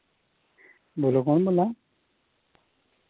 बोल्लो कौन बोल्ला दा